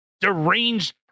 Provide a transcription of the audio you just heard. deranged